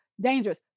dangerous